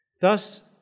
Thus